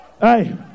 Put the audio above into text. hey